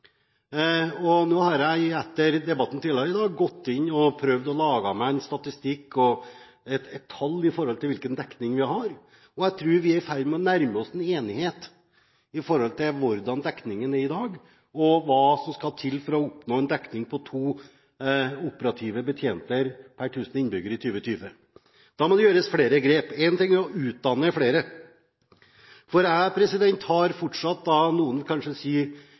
gått inn og prøvd å lage meg en statistikk og et tall for hvilken dekning vi har. Jeg tror vi er i ferd med å nærme oss en enighet om hvordan dekningen er i dag, og hva som skal til for å oppnå en dekning på to operative betjenter per 1 000 innbyggere i 2020. Da må det tas flere grep. Én ting er å utdanne flere. Jeg har fortsatt, vil kanskje noen